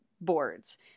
boards